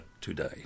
today